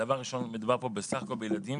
מדובר פה בסך הכול בילדים